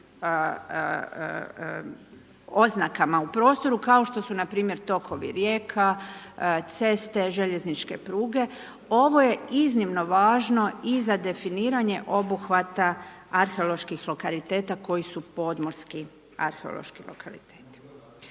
oznakama u prostoru kao što su npr. tokovi rijeka, ceste, željezničke pruge. Ovo je iznimno važno i za definiranje obuhvata arheoloških lokaliteta koji su podmorski arheološki lokaliteti.